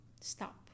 Stop